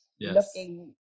looking